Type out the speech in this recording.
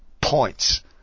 points